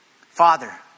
Father